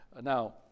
Now